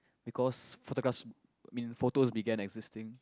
because photographs i mean photos began existing